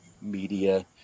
media